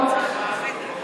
הודעתי.